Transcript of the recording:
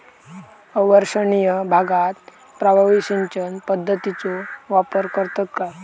अवर्षणिय भागात प्रभावी सिंचन पद्धतीचो वापर करतत काय?